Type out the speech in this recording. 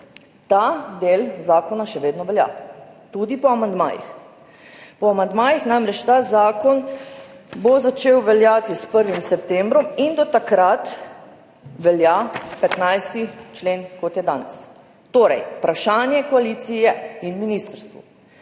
Ta del zakona še vedno velja, tudi po amandmajih. Po amandmajih bo namreč ta zakon začel veljati s 1. septembrom in do takrat velja 15. člen, kot je danes. Torej, vprašanje koaliciji in ministrstvu